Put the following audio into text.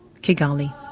Kigali